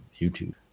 YouTube